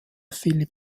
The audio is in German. philipp